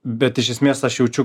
bet iš esmės aš jaučiu